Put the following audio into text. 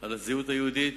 על הזהות היהודית,